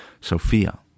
Sophia